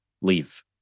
leave